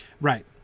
Right